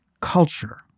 culture